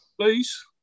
please